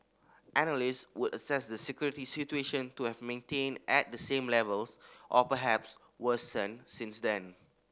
analyst would assess the security situation to have maintained at the same levels or perhaps worsened since then